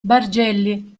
bargelli